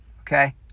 Okay